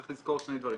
צריך לזכור שני דברים,